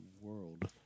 world